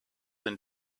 and